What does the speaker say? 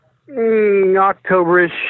October-ish